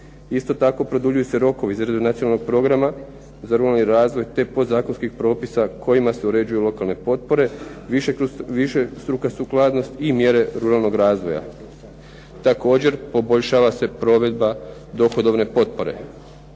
isto tako produljuju se rokovi za izvedbu nacionalnog programa za ruralni razvoj te podzakonskih propisa kojima se uređuju lokalne potpore višestruka sukladnost i mjere ruralnog razvoja. Također poboljšava se provedba dohodovne potpore.